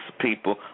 people